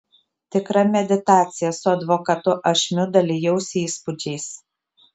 tikra meditacija su advokatu ašmiu dalijausi įspūdžiais